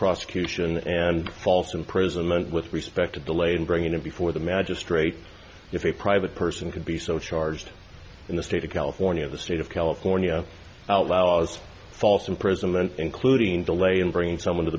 prosecution and false imprisonment with respect to delay in bringing it before the magistrate if a private person could be so charged in the state of california the state of california outlaws false imprisonment including delay in bringing someone t